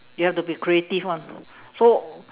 you have to be creative [one] so